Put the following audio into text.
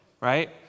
right